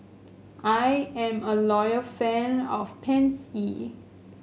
I am a loyal friend of Pansy